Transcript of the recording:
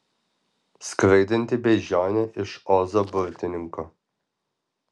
skraidanti beždžionė iš ozo burtininko